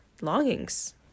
longings